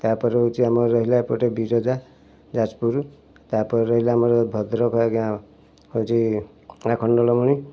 ତାପରେ ହେଉଛି ଆମର ରହିଲା ଏପଟେ ବିରଜା ଯାଜପୁର ତାପରେ ରହିଲା ଆମର ଭଦ୍ରକ ଆଜ୍ଞା ହେଉଛି ଆଖଣ୍ଡଳମଣୀ